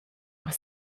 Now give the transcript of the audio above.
per